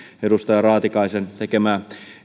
edustaja raatikaisen tekemää